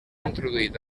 introduït